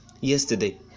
yesterday